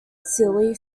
silly